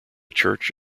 church